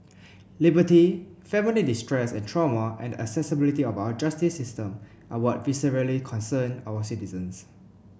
liberty family distress and trauma and accessibility of our justice system are what viscerally concern our citizens